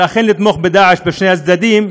לתמוך ב"דאעש" בשני הצדדים,